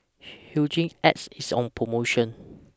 Hygin X IS on promotion